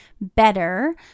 better